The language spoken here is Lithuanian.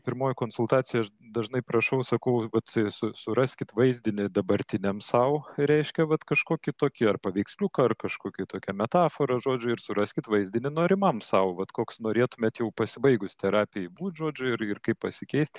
pirmoji konsultacija aš dažnai prašau sakau vat su suraskit vaizdinį dabartiniam sau reiškia vat kažkokį tokį ar paveiksliuką ar kažkokią tokią metaforą žodžiu ir suraskit vaizdinį norimam sau vat koks norėtumėt jau pasibaigus terapijai būt žodžiu ir ir kaip pasikeist